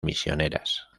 misioneras